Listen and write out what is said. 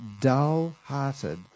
dull-hearted